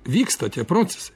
vyksta tie procesai